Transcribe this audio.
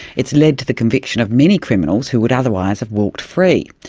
it's led to the conviction of many criminals who would otherwise have walked free.